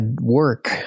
work